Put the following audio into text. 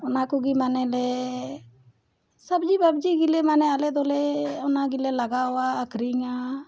ᱚᱱᱟ ᱠᱚᱜᱮ ᱢᱟᱱᱮᱞᱮ ᱥᱚᱵᱽᱡᱤ ᱵᱟᱵᱽᱡᱤ ᱜᱮᱞᱮ ᱢᱟᱱᱮ ᱟᱞᱮ ᱫᱚᱞᱮ ᱚᱱᱟ ᱜᱮᱞᱮ ᱞᱟᱜᱟᱣᱟ ᱟᱹᱠᱷᱨᱤᱧᱟ